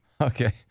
Okay